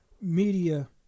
media